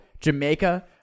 Jamaica